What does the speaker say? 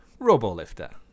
RoboLifter